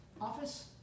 office